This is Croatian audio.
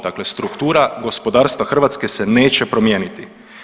Dakle, struktura gospodarstva Hrvatske se neće promijeniti.